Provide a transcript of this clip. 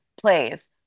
plays